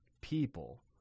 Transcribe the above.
people